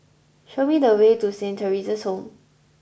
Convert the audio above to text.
show me the way to Saint Theresa's Home